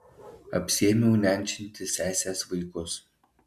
apsiėmiau nenčinti sesės vaikus